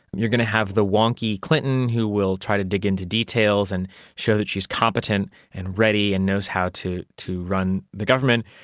you going to have to the wonky clinton who will try to dig into details and show that she is competent and ready and knows how to to run the government,